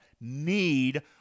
need